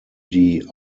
die